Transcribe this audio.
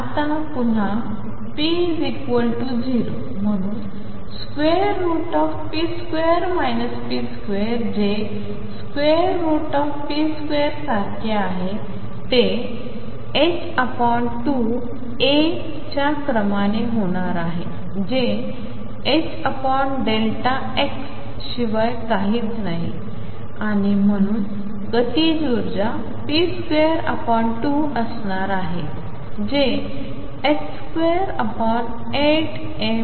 आता पुन्हा ⟨p⟩0 म्हणून ⟨p2⟩ ⟨p⟩2 जे ⟨p2⟩ सारखे आहे ते 2 aच्या क्रमाने होणार आहे जे x शिवाय काहीच नाही आणि म्हणून गतिज ऊर्जा ⟨p2⟩2m असणार आहे जे 28ma2